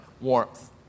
warmth